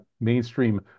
mainstream